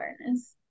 awareness